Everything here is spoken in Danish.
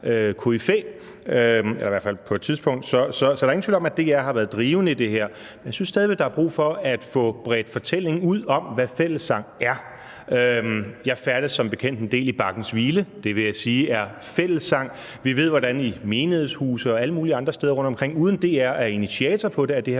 DR-koryfæ, i hvert fald på et tidspunkt. Så der er ingen tvivl om, at DR har været drivende i det her, men jeg synes stadig væk, at der er brug for at få bredt fortællingen om, hvad fællessang er, ud. Jeg færdes som bekendt en del i Bakkens Hvile, og det vil jeg sige er fællessang. Vi ved, hvordan der i menighedshuse og alle mulige andre steder rundtomkring, uden at det er initieret af DR,